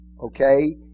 Okay